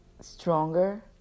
stronger